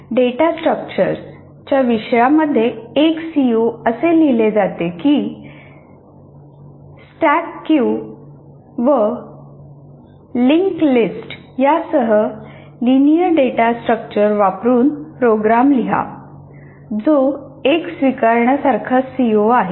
"data structures" च्या विषया मध्ये एक सीओ असे लिहिले जाते की "स्टॅक क्यू व लिंक्ड लिस्ट यासह लिनेअर डेटा स्ट्रक्चर्स वापरुन प्रोग्रॅम लिहा" जो एक स्वीकारण्यासारखा सीओ आहे